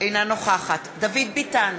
אינה נוכחת דוד ביטן,